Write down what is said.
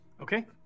Okay